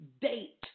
date